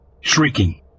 shrieking